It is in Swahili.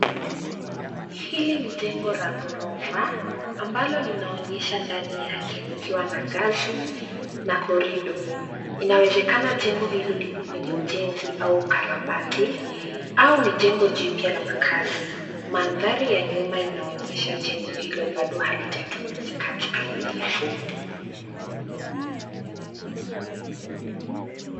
Hili ni jengo la ghorofa ambalo linaonyesha ndani yake kukiwa na ngazi na korido. Inawezekana jengo hilo lipo kwenye ujenzi au ukarabati au ni jengo jipya la makaazi. Mandhari ya nyuma inaonyesha jengo hilo bado halijatumika kikamilifu.